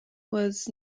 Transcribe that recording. was